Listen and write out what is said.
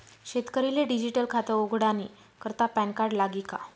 शेतकरीले डिजीटल खातं उघाडानी करता पॅनकार्ड लागी का?